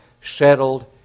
settled